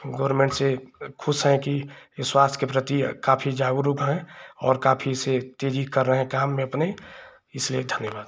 government से खुश हैं कि जो स्वास्थ्य के प्रति काफ़ी जागरूक है और काफ़ी से तेजी कर रहे हैं काम में अपने इसलिए धन्यवाद